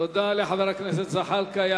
תודה לחבר הכנסת זחאלקה.